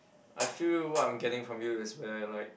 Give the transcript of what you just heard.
I feel what I'm getting from you is where like